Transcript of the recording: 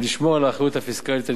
ולשמור על האחריות הפיסקלית הנדרשת,